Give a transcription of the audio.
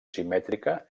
simètrica